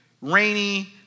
rainy